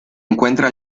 encuentra